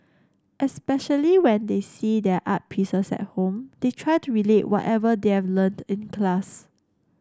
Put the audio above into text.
especially when they see their art pieces at home they try to relate whatever they've learnt in class